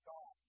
God